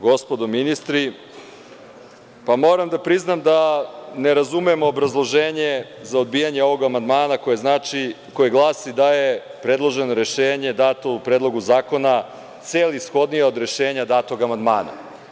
Gospodo ministri, moram da priznam da ne razumem obrazloženje za odbijanje ovog amandmana koje glasi da je predloženo rešenje dato u predlogu zakona celishodnije od rešenja datog amandmana.